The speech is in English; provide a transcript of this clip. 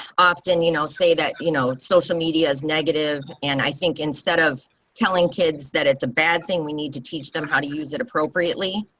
often you know say that, you know, social media is negative. and i think instead of telling kids that it's a bad thing. we need to teach them how to use it appropriately.